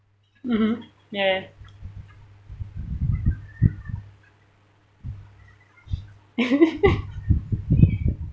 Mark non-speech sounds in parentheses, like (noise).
mmhmm ya ya (laughs)